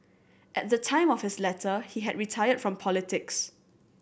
at the time of his letter he had retired from politics